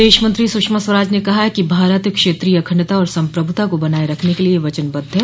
विदेशमंत्री सुषमा स्वराज ने कहा कि भारत क्षेत्रीय अखंडता और संप्रभुता को बनाय रखने के लिए वचनबद्ध है